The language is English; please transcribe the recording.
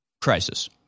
Crisis